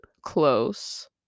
Close